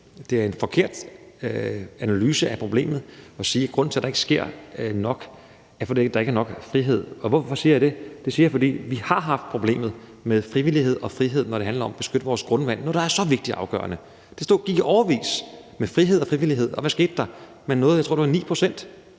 det er en forkert analyse af problemet at sige, at grunden til, at der ikke sker nok, er, at der ikke er nok frihed. Hvorfor siger jeg det? Det siger jeg, fordi vi har haft problemer med frivillighed og frihed, når det handler om at beskytte vores grundvand, altså noget, der er så vigtigt og afgørende. Der gik jo årevis med frihed og frivillighed, og hvad skete der? Jeg tror, man nåede